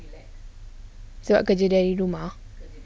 sebab kerja dari rumah